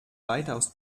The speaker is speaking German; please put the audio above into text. weitaus